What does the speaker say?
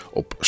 op